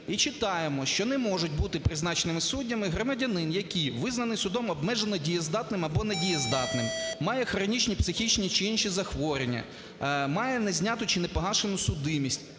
і читаємо, що не можуть бути призначені суддями громадянин, який визнаний судом обмежено дієздатним або недієздатним, має хронічні психічні чи інші захворювання, має незняту чи непогашену судимість